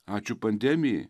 ačiū pandemijai